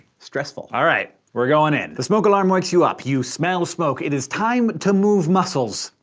stressful! all right, we're going in. the smoke alarm wakes you up. you smell smoke. it is time to move muscles.